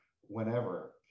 whenever